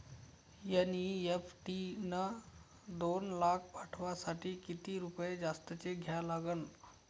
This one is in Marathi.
एन.ई.एफ.टी न दोन लाख पाठवासाठी किती रुपये जास्तचे द्या लागन?